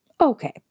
Okay